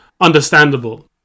understandable